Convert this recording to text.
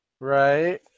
Right